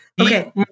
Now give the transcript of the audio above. okay